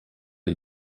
die